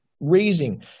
raising